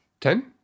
Ten